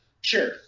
Sure